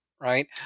right